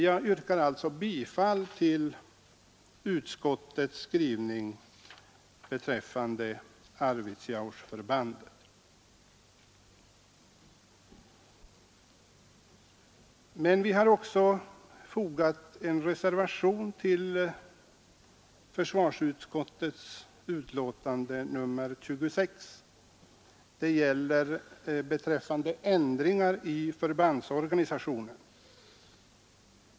Jag yrkar alltså bifall till utskottets skrivning beträffande Arvidsjaurförbandet. Vi har också fogat en reservation till försvarsutskottets betänkande nr 26. Den gäller ändringar av förbandsorganisationen.